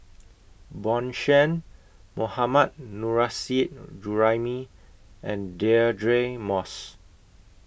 Bjorn Shen Mohammad Nurrasyid Juraimi and Deirdre Moss